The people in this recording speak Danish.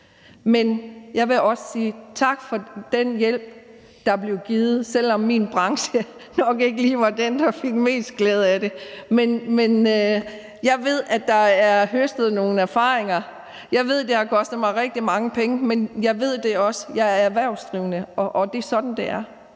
igen. Jeg vil også sige tak for den hjælp, der blev givet, selv om min branche nok ikke lige var den, der fik mest glæde af det, men jeg ved, at der er høstet nogle erfaringer. Jeg ved, at det har kostet mig rigtig mange penge, men jeg ved også, at jeg er erhvervsdrivende, og at det er sådan, det er,